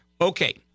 Okay